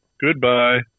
goodbye